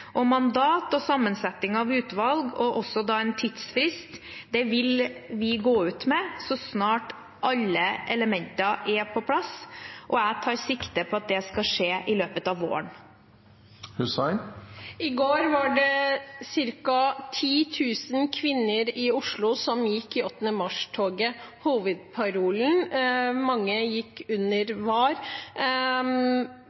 sammensetning av utvalget og en tidsfrist vil vi gå ut med så snart alle elementene er på plass. Jeg tar sikte på at det skal skje i løpet av våren. I går var det ca. 10 000 kvinner i Oslo som gikk i 8. mars-toget. Hovedparolen mange gikk under,